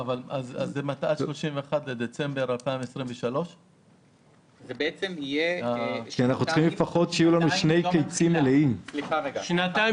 כבוד היושב-ראש קבע לשנתיים ואני מבקש לציין שאנחנו חושבים ששנתיים